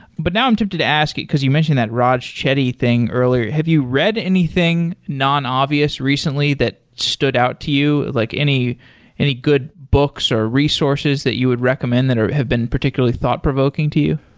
but now i'm tempted to ask, because you mentioned that raj chetty thing earlier. have you read anything nonobvious recently that stood out to you? like any any good books or resources that you would recommend that have been particularly thought provoking to you?